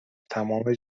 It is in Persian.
تمام